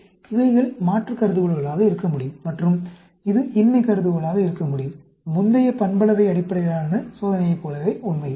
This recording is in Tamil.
எனவே இவைகள் மாற்று கருதுகோள்களாக இருக்க முடியும் மற்றும் இது இன்மை கருதுகோளாக இருக்க முடியும் முந்தைய பண்பளவை அடிப்படையிலான சோதனையைப் போலவே உண்மையில்